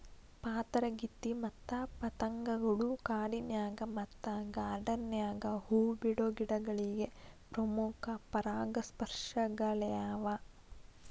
ಪಾತರಗಿತ್ತಿ ಮತ್ತ ಪತಂಗಗಳು ಕಾಡಿನ್ಯಾಗ ಮತ್ತ ಗಾರ್ಡಾನ್ ನ್ಯಾಗ ಹೂ ಬಿಡೋ ಗಿಡಗಳಿಗೆ ಪ್ರಮುಖ ಪರಾಗಸ್ಪರ್ಶಕಗಳ್ಯಾವ